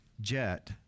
jet